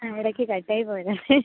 ആ ഇടയ്ക്ക് കട്ട് ആയി പോയതാണ്